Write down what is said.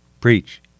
Preach